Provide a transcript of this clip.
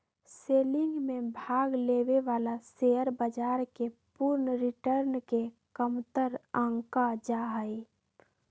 selling में भाग लेवे वाला शेयर बाजार के पूर्ण रिटर्न के कमतर आंका जा हई